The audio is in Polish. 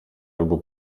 albo